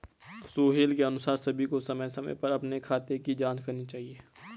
सोहेल के अनुसार सभी को समय समय पर अपने खाते की जांच करनी चाहिए